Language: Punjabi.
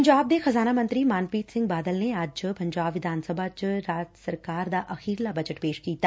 ਪੰਜਾਬ ਦੇ ਖਜ਼ਾਨਾ ਮੰਤਰੀ ਮਨਪ੍ਰੀਤ ਸਿੰਘ ਬਾਦਲ ਨੇ ਅੱਜ ਪੰਜਾਬ ਵਿਧਾਨ ਸਭਾ ਚ ਰਾਜ ਸਰਕਾਰ ਦਾ ਅਖ਼ਰੀਲਾ ਬਜਟ ਪੇਸ਼ ਕੀਤਾ